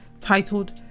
titled